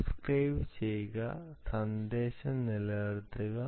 സബ്സ്ക്രൈബുചെയ്യുക സന്ദേശം നിലനിർത്തുക